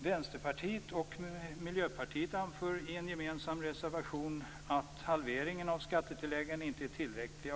Vänsterpartiet och Miljöpartiet anför i en gemensam reservation att halveringen av skattetilläggen inte är tillräcklig.